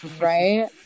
right